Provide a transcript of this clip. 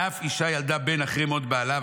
ואף אישה ילדה בן אחרי מות בעלה,